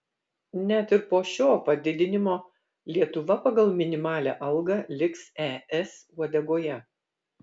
net ir po šio padidinimo lietuva pagal minimalią algą liks es uodegoje